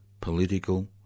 political